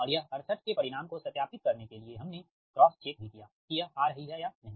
और यह 68 के परिणाम को सत्यापित करने के लाइन हमने क्रॉस चेक भी किया की यह आ रही है या नही